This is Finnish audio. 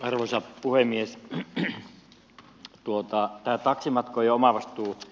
arvoisa puhemies ne tuottaa ja taksimatkoja omavastuut